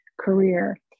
career